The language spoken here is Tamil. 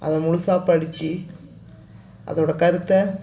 அதை முழுசா படித்து அதோடய கருத்தை